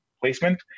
placement